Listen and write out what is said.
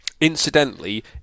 Incidentally